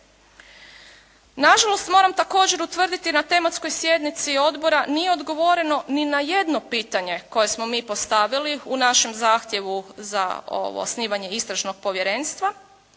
Na žalost moram također utvrditi na tematskoj sjednici odbora nije odgovoreno ni na jedno pitanje koje smo mi postavili u našem zahtjevu za osnivanje istražnog povjerenstva,